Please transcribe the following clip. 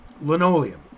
linoleum